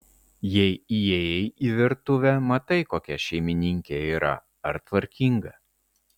jei įėjai į virtuvę matai kokia šeimininkė yra ar tvarkinga